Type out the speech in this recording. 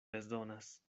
bezonas